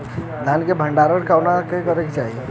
धान के भण्डारण कहवा करे के चाही?